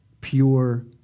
pure